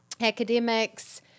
academics